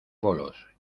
bolos